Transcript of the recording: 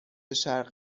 شرق